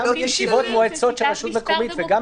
לגבי שני הדברים: גם ישיבות מועצה של רשות מקומית וגם